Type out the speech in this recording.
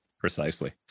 Precisely